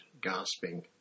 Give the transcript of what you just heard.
gasping